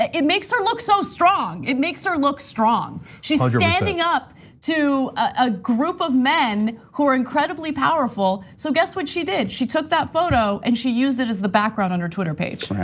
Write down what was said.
it it makes her look so strong. it makes her look strong. she's standing up to a group of men who are incredibly powerful, so guess what she did? she took that photo and she used it as the background on her twitter page.